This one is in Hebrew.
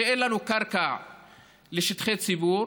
שאין לנו קרקע לשטחי ציבור,